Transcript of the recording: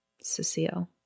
Cecile